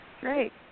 Great